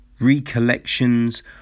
Recollections